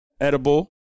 Edible